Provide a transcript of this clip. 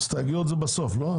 הסתייגויות זה בסוף, לא?